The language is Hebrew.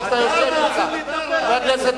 למה?